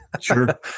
sure